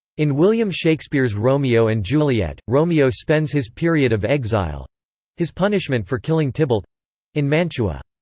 in william shakespeare's romeo and juliet, romeo spends his period of exile his punishment for killing tybalt in mantua.